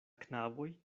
knaboj